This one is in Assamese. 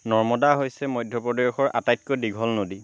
নৰ্মদা হৈছে মধ্যপ্ৰদেশৰ আটাইতকৈ দীঘল নদী